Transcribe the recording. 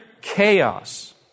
chaos